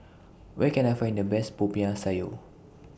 Where Can I Find The Best Popiah Sayur